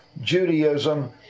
Judaism